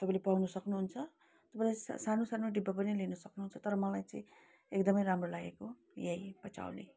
तपाईँले पाउन सक्नुहुन्छ तपाईँलाई सानो सानो डिब्बा पनि लिन सक्नुहुन्छ तर मलाई चाहिँ एकदमै राम्रो लागेको यही पचौली